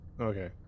Okay